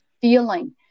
feeling